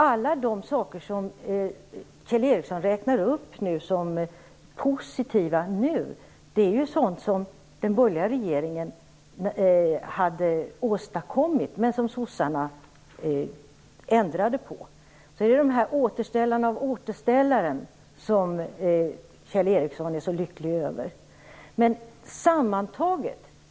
Alla de saker Kjell Ericsson räknade upp som positiva nu, är sådant som den borgerliga regeringen hade åstadkommit men som Socialdemokraterna ändrade på. Kjell Ericsson är så lycklig över återställarna av återställaren.